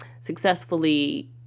successfully